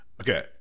Okay